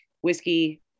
whiskey